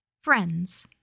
Friends